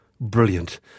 brilliant